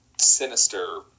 sinister